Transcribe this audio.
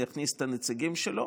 אלא פייגלין יכניס את הנציגים שלו.